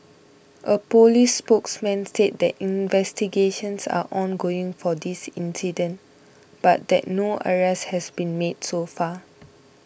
a police spokesman said that investigations are ongoing for this incident but that no arrests had been made so far